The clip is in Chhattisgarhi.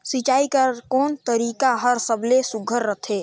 सिंचाई कर कोन तरीका हर सबले सुघ्घर रथे?